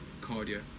cardio